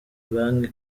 banki